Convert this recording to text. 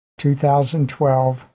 2012